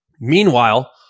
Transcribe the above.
Meanwhile